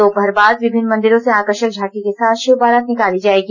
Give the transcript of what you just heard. दोपहर बाद विभिन्न मंदिरों से आकर्षक झांकी के साथ षिव बारात निकाली जाएगी